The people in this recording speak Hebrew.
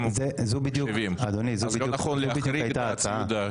אז זה לא נכון להחריג את הציוד.